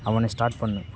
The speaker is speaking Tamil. அவனை ஸ்டார்ட் பண்ணு